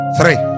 Three